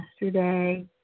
yesterday